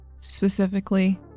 specifically